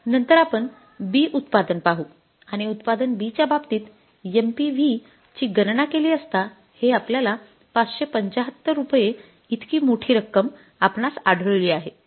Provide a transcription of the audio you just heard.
नंतर आपण B उत्पादन पाहू आणि उत्पादन B च्या बाबतीत MPV ची गणना केली असता हे आपल्याला ५७५ रुपये इतकी मोठी रक्कम आपणास आढळली आहे